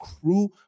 crew